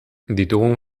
ditugun